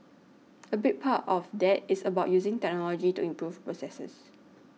a big part of that is about using technology to improve processes